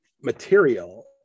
material